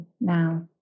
now